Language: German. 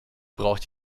braucht